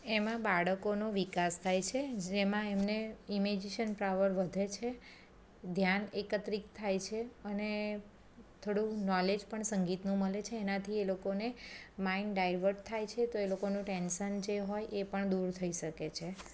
એમાં બાળકોનો વિકાસ થાય છે જેમાં એમને ઇમેઝીસન પાવર વધે છે ધ્યાન એકત્રિત થાય છે અને થોડું નોલેજ પણ સંગીતનું મળે છે એનાથી એ લોકોને માઇન્ડ ડાયવર્ટ થાય છે તો એ લોકોનું ટેન્સન જે હોય એ પણ દૂર થઈ શકે છે